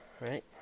right